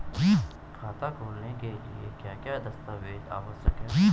खाता खोलने के लिए क्या क्या दस्तावेज़ आवश्यक हैं?